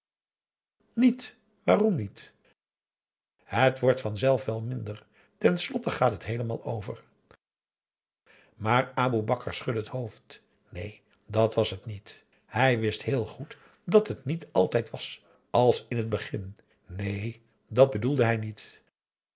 niet waarom niet het wordt vanzelf wel minder ten slotte gaat het heelemaal over maar aboe bakar schudde het hoofd neen dat was het niet hij wist heel goed dat het niet altijd was als in het begin neen dat bedoelde hij niet